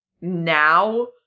now